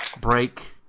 break